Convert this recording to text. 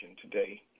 today